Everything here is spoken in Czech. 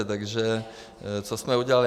Takže co jsme udělali.